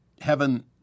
heaven